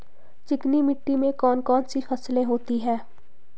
चिकनी मिट्टी में कौन कौन सी फसलें होती हैं?